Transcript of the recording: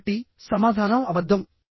కాబట్టిసమాధానం అబద్ధం